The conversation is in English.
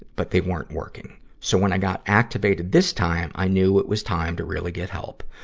but they weren't working. so when i got activated this time, i knew it was time to really get help.